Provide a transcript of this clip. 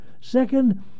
Second